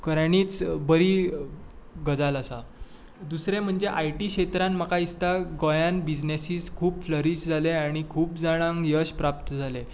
खऱ्यांनी बरी गजाल आसा दुसरें म्हणजे आय टी क्षेत्रांत म्हाका दिसता गोंयांत बिजनसीज खूब फ्लरीश जाले आनी खूब जाणांक यश प्राप्त जालें